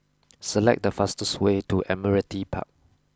select the fastest way to Admiralty Park